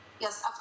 Yes